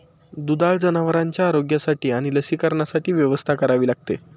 दुधाळ जनावरांच्या आरोग्यासाठी आणि लसीकरणासाठी व्यवस्था करावी लागते